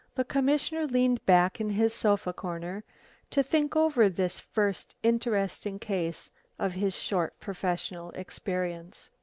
the commissioner leaned back in his sofa corner to think over this first interesting case of his short professional experience.